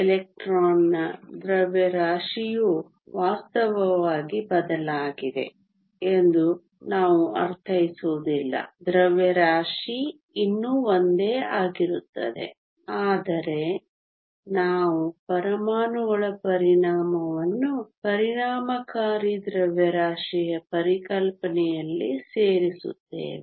ಎಲೆಕ್ಟ್ರಾನ್ನ ದ್ರವ್ಯರಾಶಿಯು ವಾಸ್ತವವಾಗಿ ಬದಲಾಗಿದೆ ಎಂದು ನಾವು ಅರ್ಥೈಸುವುದಿಲ್ಲ ದ್ರವ್ಯರಾಶಿ ಇನ್ನೂ ಒಂದೇ ಆಗಿರುತ್ತದೆ ಆದರೆ ನಾವು ಪರಮಾಣುಗಳ ಪರಿಣಾಮವನ್ನು ಪರಿಣಾಮಕಾರಿ ದ್ರವ್ಯರಾಶಿಯ ಪರಿಕಲ್ಪನೆಯಲ್ಲಿ ಸೇರಿಸುತ್ತೇವೆ